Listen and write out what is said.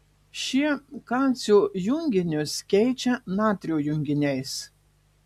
šie kalcio junginius keičia natrio junginiais